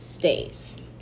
days